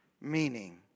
meaning